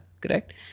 correct